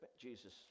Jesus